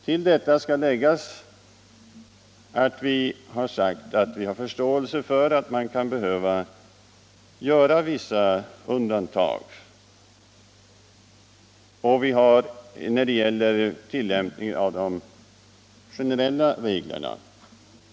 Till detta skall läggas att vi förklarar att vi har förståelse för att man kan behöva göra vissa undantag vid tillämpningen av de generella reglerna.